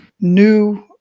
new